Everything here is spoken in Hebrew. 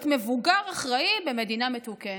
להיות מבוגר אחראי במדינה מתוקנת.